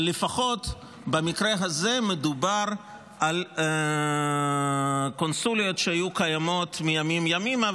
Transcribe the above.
אבל לפחות במקרה הזה מדובר על קונסוליות שהיו קיימות מימים ימימה,